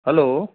hello